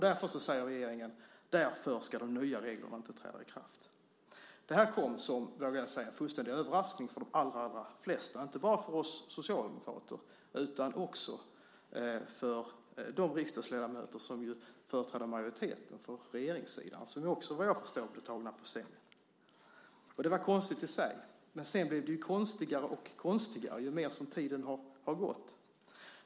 Därför, säger regeringen, ska de nya reglerna inte träda i kraft. Det här kom som, vågar jag säga, en fullständig överraskning för de allra flesta, inte bara för oss socialdemokrater utan också för de riksdagsledamöter som företräder majoriteten för regeringssidan, som också, vad jag förstår, blev tagna på sängen. Det var konstigt i sig. Men sedan blev det konstigare och konstigare, ju mer tiden gick.